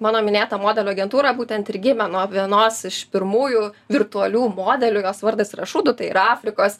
mano minėta modelių agentūra būtent ir gimė nuo vienos iš pirmųjų virtualių modelių jos vardas yra šudu tai yra afrikos